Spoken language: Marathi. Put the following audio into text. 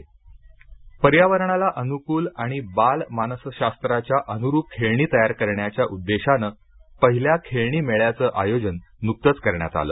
टॉय फेअर पर्यावरणाला अनुकूल आणि बालमानसशास्त्राच्या अनुरूप खेळणी तयार करण्याच्या उद्देशानं पहिल्या खेळणी मेळ्याचं आयोजन नुकतंच करण्यात आलं